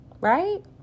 right